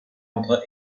entre